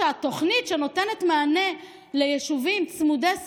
התוכנית שנותנת מענה ליישובים צמודי או